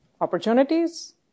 opportunities